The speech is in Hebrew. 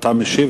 קודם אני משיב.